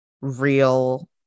real